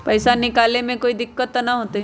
पैसा निकाले में कोई दिक्कत त न होतई?